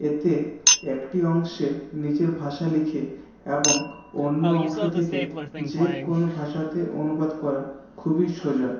এতে একটি অংশে নিজের ভাষা লিখে এবং অন্য অংশ থেকে যে কোনো ভাষাতে অনুবাদ করা খুবই সোজা